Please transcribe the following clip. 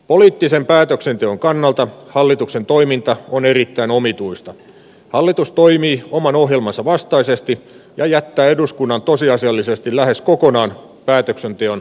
poliittisen päätöksenteon kannalta hallituksen toiminta on erittäin omituista hallitus toimii oman ohjelmansa vastaisesti ja jättää eduskunnan tosiasiallisesti lähes kokonaan päätöksenteon